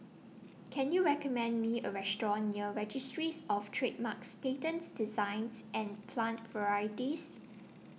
Can YOU recommend Me A Restaurant near Registries of Trademarks Patents Designs and Plant Varieties